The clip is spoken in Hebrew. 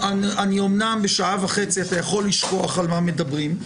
אומנם בשעה וחצי אתה יכול לשכוח על מה מדברים,